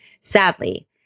Sadly